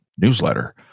newsletter